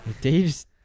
Dave's